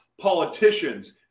politicians